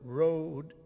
road